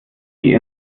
sie